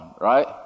right